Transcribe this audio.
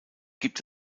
gibt